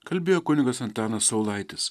kalbėjo kunigas antanas saulaitis